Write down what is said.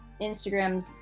Instagrams